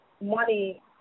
money